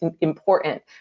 important